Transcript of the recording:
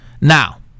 Now